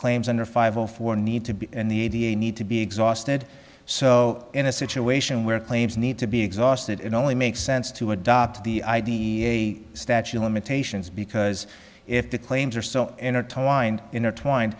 claims under five or four need to be and the need to be exhausted so in a situation where claims need to be exhausted it only makes sense to adopt the idea a statue of limitations because if the claims are so intertwined intertwined